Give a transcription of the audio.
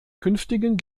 künftigen